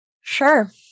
Sure